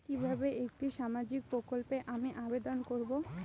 কিভাবে একটি সামাজিক প্রকল্পে আমি আবেদন করব?